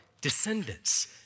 descendants